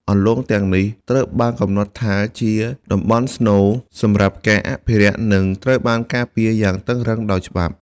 អន្លង់ទាំងនេះត្រូវបានកំណត់ថាជាតំបន់ស្នូល សម្រាប់ការអភិរក្ស និងត្រូវបានការពារយ៉ាងតឹងរ៉ឹងដោយច្បាប់។